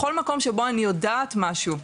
בכל מקום שבו אני יודעת משהו,